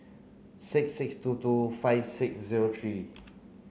six six two two five six zero three